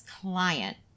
client